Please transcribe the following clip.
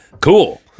Cool